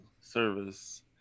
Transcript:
Service